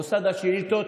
מוסד השאילתות,